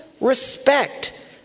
respect